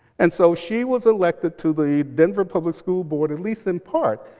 and so she was elected to the denver public school board, at least, in part,